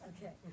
Okay